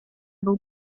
był